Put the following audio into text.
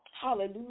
Hallelujah